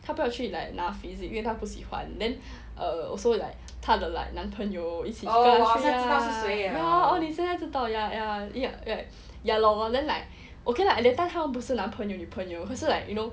他不要去 like 拿 physics 因为他不喜欢 then uh also like 他的 like 男朋友一起 ya ya ya ya ya lor then like okay lah that time 他们不是男朋友可是 like you know